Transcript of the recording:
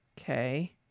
Okay